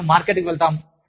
మనము మార్కెట్కి వెళ్తాము